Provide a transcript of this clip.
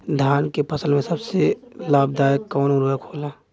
धान के फसल में सबसे लाभ दायक कवन उर्वरक होला?